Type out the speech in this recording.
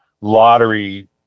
lottery